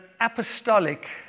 apostolic